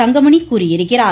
தங்கமணி கூறியிருக்கிறார்